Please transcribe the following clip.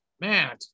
man